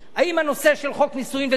כל מה שנלווה לעניין הזה,